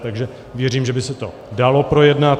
Takže věřím, že by se to dalo projednat.